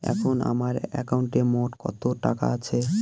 এখন আমার একাউন্টে মোট কত টাকা আছে?